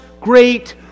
great